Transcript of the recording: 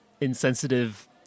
insensitive